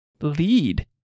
lead